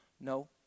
No